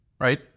Right